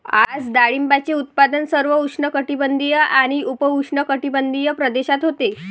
आज डाळिंबाचे उत्पादन सर्व उष्णकटिबंधीय आणि उपउष्णकटिबंधीय प्रदेशात होते